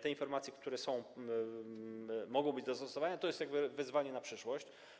te informacje, które są, mogą być zastosowane, to jest wyzwanie na przyszłość.